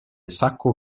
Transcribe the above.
sacco